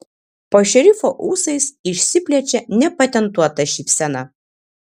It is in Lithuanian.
po šerifo ūsais išsiplečia nepatentuota šypsena